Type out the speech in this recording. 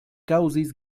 kaŭzis